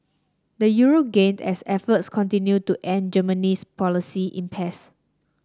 the euro gained as efforts continued to end Germany's policy impasse